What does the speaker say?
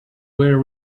were